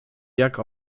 jak